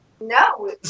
No